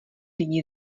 lidi